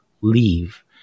leave